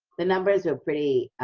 the numbers were pretty